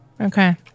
Okay